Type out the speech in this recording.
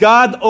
God